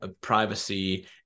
privacy